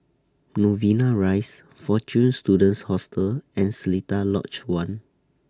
Novena Rise Fortune Students Hostel and Seletar Lodge one